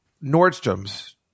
nordstrom's